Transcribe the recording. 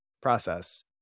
process